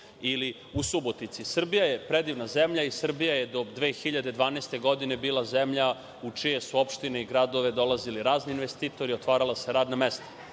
ili u Subotici. Srbija je predivna zemlja i Srbija je do 2012. godine bila zemlja u čijoj su opštini i gradove dolazili razni investitori, otvarala se radna mesta.